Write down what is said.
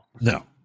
no